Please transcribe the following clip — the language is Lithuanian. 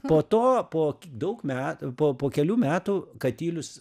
po to po daug metų po kelių metų katilius